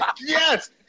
Yes